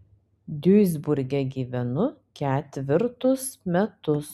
duisburge gyvenu ketvirtus metus